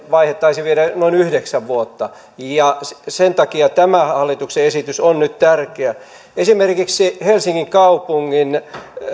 vaihe taisi viedä noin yhdeksän vuotta ja sen takia tämä hallituksen esitys on nyt tärkeä esimerkiksi helsingin kaupungin